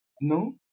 no